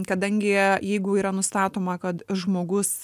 kadangi jeigu yra nustatoma kad žmogus